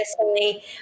personally